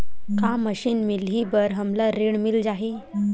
का मशीन मिलही बर हमला ऋण मिल जाही?